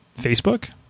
Facebook